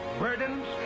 burdens